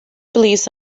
beliefs